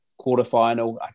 quarterfinal